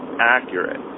accurate